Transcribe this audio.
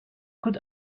could